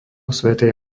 svätej